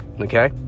Okay